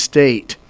State